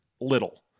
little